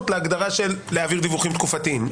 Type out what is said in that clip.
להגדרה של להעביר דיווחים תקופתיים,